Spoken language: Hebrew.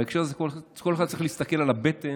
בהקשר הזה כל אחד צריך להסתכל על הבטן